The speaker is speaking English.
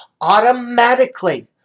automatically